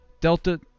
Delta